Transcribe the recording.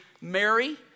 Mary